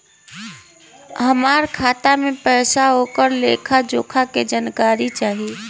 हमार खाता में पैसा ओकर लेखा जोखा के जानकारी चाही?